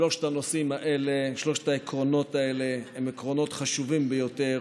שלושת העקרונות האלה הם עקרונות חשובים ביותר